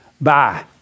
Bye